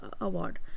award